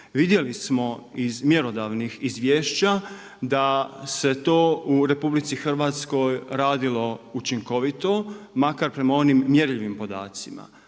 Vidjeli smo iz mjerodavnih izvješća da se to u RH radilo učinkovito, makar prema onim mjerljivom podacima.